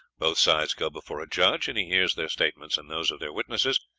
both sides go before a judge, and he hears their statements and those of their witnesses,